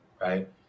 Right